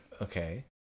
Okay